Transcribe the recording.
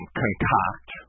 concoct